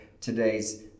today's